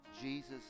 Jesus